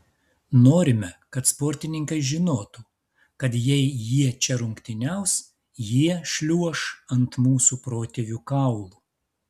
norime kad sportininkai žinotų kad jei jie čia rungtyniaus jie šliuoš ant mūsų protėvių kaulų